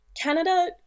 Canada